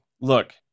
look